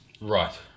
Right